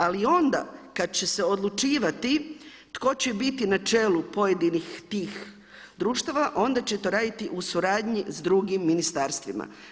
Ali onda kada će se odlučivati tko će biti na čelu pojedinih tih društava onda će to raditi u suradnji s drugim ministarstvima.